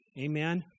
Amen